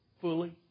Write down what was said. fully